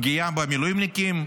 פגיעה במילואימניקים,